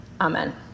Amen